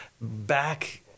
back